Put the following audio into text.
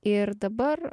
ir dabar